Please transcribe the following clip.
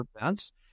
events